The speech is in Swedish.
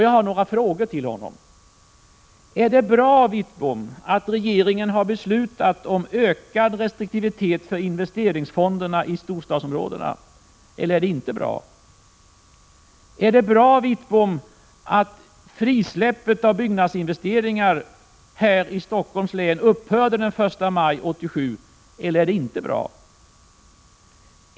Jag har några frågor till Bengt Wittbom: Är det bra att regeringen har beslutat om ökad restriktivitet för investeringsfonderna i storstadsområdena? Är det bra att frisläppet av byggnadsinvesteringar här i Stockholms län upphörde den 1 maj 1987?